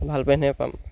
ভাল পেণ্টে পাম